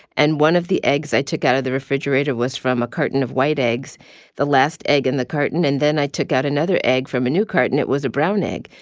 and one of the eggs i took out of the refrigerator was from a carton of white eggs the last egg in the carton. and then i took out another egg from a new carton. it was a brown egg.